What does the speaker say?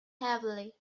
heavily